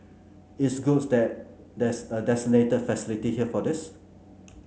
it's good that there's a designated facility here for this